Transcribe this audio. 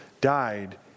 died